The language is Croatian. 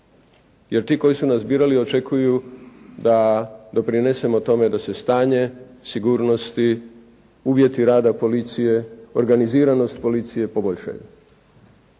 Jer ti koji su nas birali očekuju da doprinesemo tome da se stanje sigurnosti, uvjeti rada policije, organiziranost policije poboljšaju.